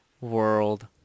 world